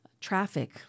traffic